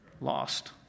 Lost